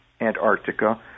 Antarctica